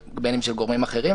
בין אם של גורמים אחרים,